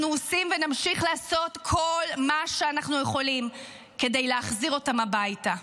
אנחנו עושים ונמשיך לעשות כל מה שאנחנו יכולים כדי להחזיר אותם הביתה.